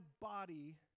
body